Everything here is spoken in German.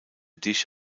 dich